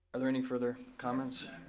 are there any further comments?